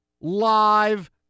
live